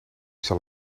zal